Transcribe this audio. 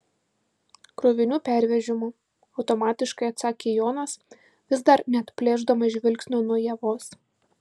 krovinių pervežimu automatiškai atsakė jonas vis dar neatplėšdamas žvilgsnio nuo ievos